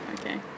Okay